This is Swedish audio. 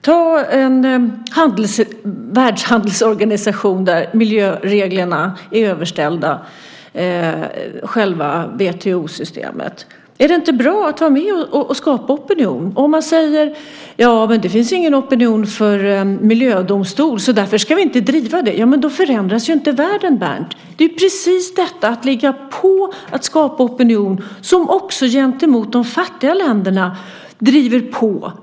Ta Världshandelsorganisationen, där miljöreglerna är överställda själva WTO-systemet. Är det inte bra att vara med och skapa opinion? Om man säger att det inte finns någon opinion för en miljödomstol och att man därför inte ska driva det förändras ju inte världen. Det är precis detta, att ligga på, att skapa opinion, som driver på gentemot de fattiga länderna.